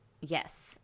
Yes